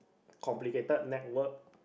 complicated network